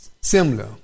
Similar